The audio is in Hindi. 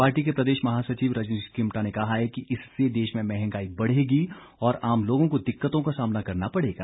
पार्टी के प्रदेश महासचिव रजनीश किमटा ने कहा है कि इससे देश में मंहगाई बढ़ेगी और आम लोगों को दिक्कतों का सामना करना पड़ेगा